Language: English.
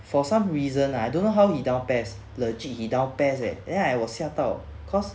for some reason lah I don't know how he down PES legit he down PES leh then I 我吓到 cause